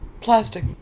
plastic